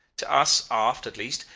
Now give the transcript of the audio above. to us aft, at least,